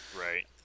Right